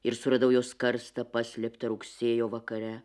ir suradau jos karstą paslėptą rugsėjo vakare